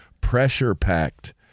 pressure-packed